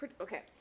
okay